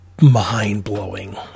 mind-blowing